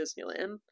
Disneyland